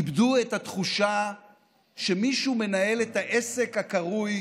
איבדו את התחושה שמישהו מנהל את העסק הקרוי